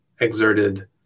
exerted